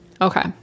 Okay